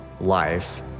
life